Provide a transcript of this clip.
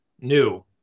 new